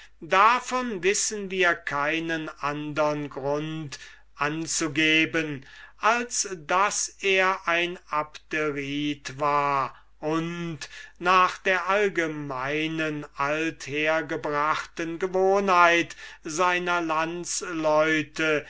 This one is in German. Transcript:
davon wissen wir keinen andern grund anzugeben als daß er ein abderit war und nach der allgemeinen althergebrachten gewohnheit seiner